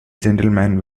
gentleman